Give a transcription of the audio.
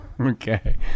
Okay